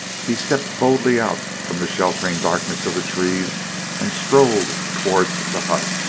he stepped boldly out from the sheltering darkness of the trees and strode towards the hut,